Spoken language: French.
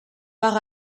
par